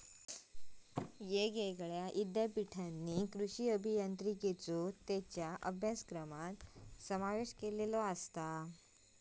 येगयेगळ्या ईद्यापीठांनी कृषी अभियांत्रिकेचो त्येंच्या अभ्यासक्रमात समावेश केलेलो आसा